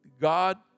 God